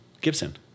Gibson